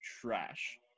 trash